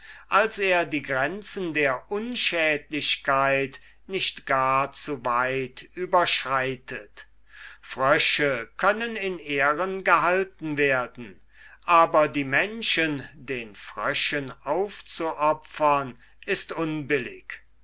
als er die grenzen der unschädlichkeit nicht gar zu weit überschreitet frösche können in ehren gehalten werden aber die menschen den fröschen auf zuopfern ist unbillig